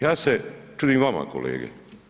Ja se čudim vama, kolege.